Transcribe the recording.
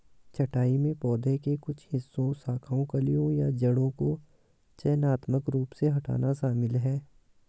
छंटाई में पौधे के कुछ हिस्सों शाखाओं कलियों या जड़ों को चयनात्मक रूप से हटाना शामिल है